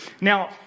Now